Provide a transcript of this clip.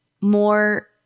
more